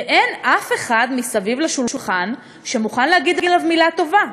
ואין אף אחד מסביב לשולחן שמוכן להגיד עליו מילה טובה.